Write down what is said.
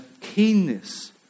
keenness